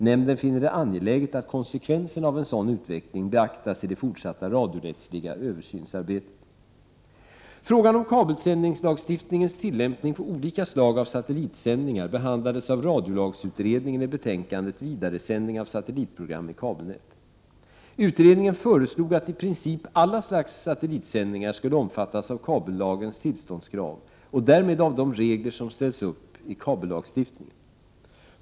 Nämnden finner det angeläget att konsekvenserna av en sådan utveckling beaktas i det fortsatta radiorättsliga översynsarbetet. Frågan om kabelsändningslagstiftningens tillämpning på olika slag av satellitsändningar behandlades av radiolagsutredningen i betänkandet Vidaresändning av satellitprogram i kabelnät. Utredningen föreslog att i princip alla slags satellitsändningar skulle omfattas av kabellagens tillståndskrav och därmed av de regler som ställs upp i kabellagstiftningen.